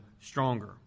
stronger